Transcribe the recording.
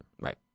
right